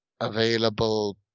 available